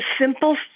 Simple